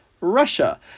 Russia